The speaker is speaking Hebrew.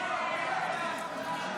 התשפ"ה2024 ,